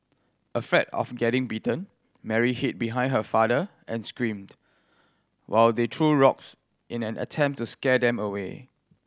afraid of getting bitten Mary hid behind her father and screamed while they threw rocks in an attempt to scare them away